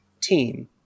team